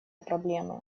проблемы